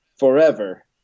forever